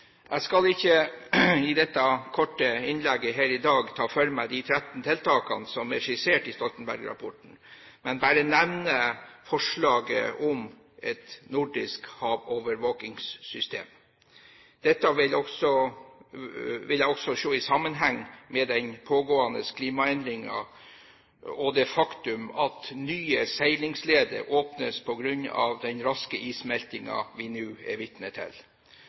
Jeg skal ikke i dette korte innlegget her i dag ta for meg de 13 tiltakene som er skissert i Stoltenberg-rapporten, men bare nevne forslaget om et nordisk havovervåkingssystem. Dette vil jeg også se i sammenheng med de pågående klimaendringene og det faktum at nye seilingsleder åpnes på grunn av den raske issmeltingen vi nå er vitne til.